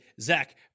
Zach